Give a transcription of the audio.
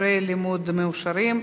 (ספרי לימוד מאושרים),